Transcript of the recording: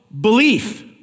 belief